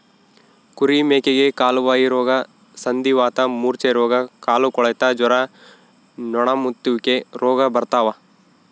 ಕುರಿ ಮೇಕೆಗೆ ಕಾಲುಬಾಯಿರೋಗ ಸಂಧಿವಾತ ಮೂರ್ಛೆರೋಗ ಕಾಲುಕೊಳೆತ ಜ್ವರ ನೊಣಮುತ್ತುವಿಕೆ ರೋಗ ಬರ್ತಾವ